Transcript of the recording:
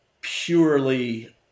purely